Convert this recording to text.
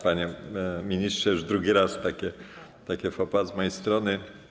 Panie ministrze, już drugi raz takie faux pas z mojej strony.